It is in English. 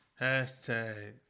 hashtag